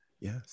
Yes